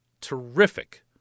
terrific